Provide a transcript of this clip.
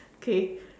okay